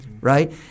right